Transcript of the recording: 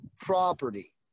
property